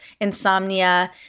insomnia